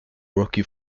rocky